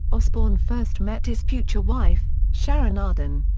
osbourne first met his future wife, sharon arden.